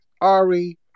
Ari